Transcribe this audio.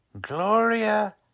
Gloria